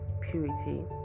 purity